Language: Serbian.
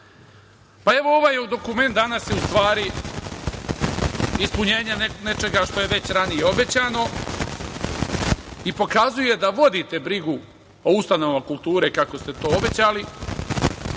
ovaj dokument danas je, u stvari, ispunjenje nečega što je već ranije obećano i pokazuje da vodite brigu o ustanovama kulture, kako ste to obećali